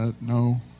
No